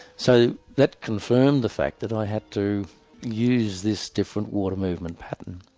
so that confirmed the fact that i had to use this different water movement pattern.